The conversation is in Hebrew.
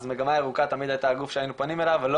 אז מגמה ירוקה תמיד הייתה הגוף שהיינו פונים אליו ולא